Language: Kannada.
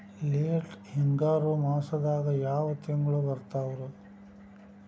ಲೇಟ್ ಹಿಂಗಾರು ಮಾಸದಾಗ ಯಾವ್ ತಿಂಗ್ಳು ಬರ್ತಾವು?